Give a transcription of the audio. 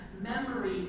memory